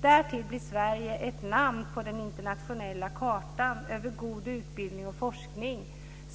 Därtill blir Sverige ett land på den internationella kartan när det gäller god utbildning och forskning.